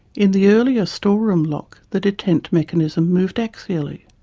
in the earlier store-room lock the detent mechanism moved axially.